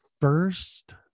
first